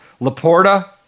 Laporta